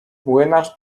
młynarz